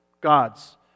God's